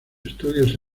estudios